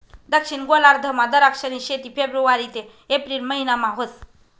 दक्षिण गोलार्धमा दराक्षनी शेती फेब्रुवारी ते एप्रिल महिनामा व्हस